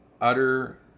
utter